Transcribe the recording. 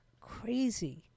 crazy